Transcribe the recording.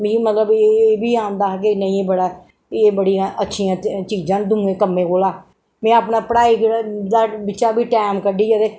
मिगी मतलब एह् बी आंदा हा कि नेईं एह् बड़ा एह् बड़ियां अच्छियां चीजां न दुएं कम्में कोला मीं अपना पढ़ाई बिच्चा बी टैम कड्डियै ते